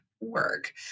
work